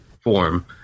form